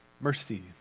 mercy